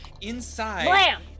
inside